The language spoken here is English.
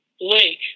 lake